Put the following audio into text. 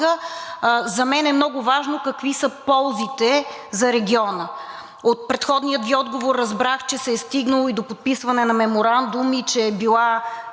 за мен е много важно какви са ползите за региона? От предходния Ви отговор разбрах, че се е стигнало и до подписване на меморандум, че е била